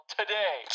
today